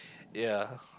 ya